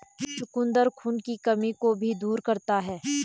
चुकंदर खून की कमी को भी दूर करता है